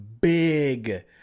big